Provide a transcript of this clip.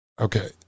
Okay